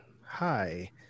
Hi